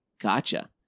gotcha